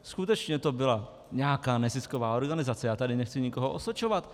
Skutečně to byla nějaká nezisková organizace, nechci tady nikoho osočovat.